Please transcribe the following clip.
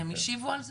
והם השיבו על זה?